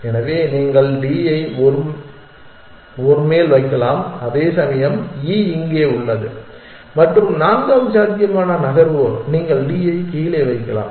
எனவே நீங்கள் D ஐ ஒரு மேல் வைக்கலாம் அதேசமயம் E இங்கே உள்ளது மற்றும் நான்காவது சாத்தியமான நகர்வு நீங்கள் D ஐ கீழே வைக்கலாம்